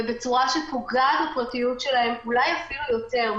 ובצורה שפוגעת בפרטיות שלהם אולי אפילו יותר,